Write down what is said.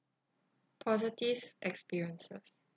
positive experiences